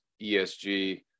ESG